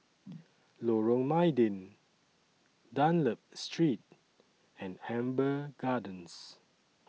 Lorong Mydin Dunlop Street and Amber Gardens